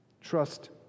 trust